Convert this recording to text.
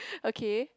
okay